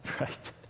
right